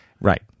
Right